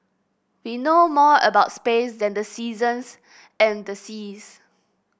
we know more about space than the seasons and the seas